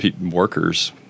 workers